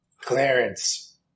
Clarence